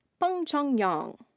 pengcheng yang.